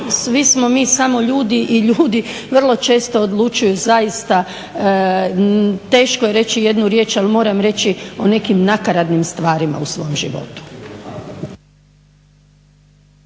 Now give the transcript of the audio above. svi smo mi samo ljudi i ljudi vrlo često odlučuju zaista teško je reći jednu riječ ali moram reći o nekim nakaradnim stvarima u svom životu.